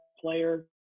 player